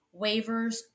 waivers